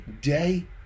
day